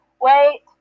Wait